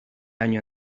año